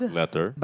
letter